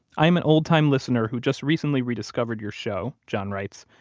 i am an old time listener who just recently rediscovered your show, john writes.